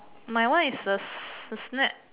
my one is the snack